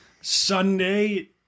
Sunday